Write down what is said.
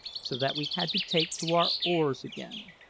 so that we had to take to our oars again.